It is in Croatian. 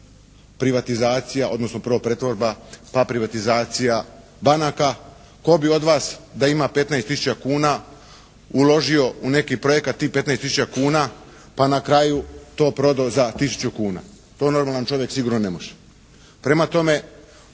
privatizacija, odnosno prvo pretvorba pa privatizacija banaka. Tko bi od vas da ima 15 tisuća kuna uložio u neki projekat tih 15 tisuća kuna pa na kraju to prodao za tisuću kuna. To normalan čovjek sigurno ne može. Prema tome